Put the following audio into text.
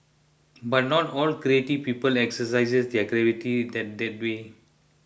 but not all creative people exercise their creativity that that way